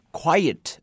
quiet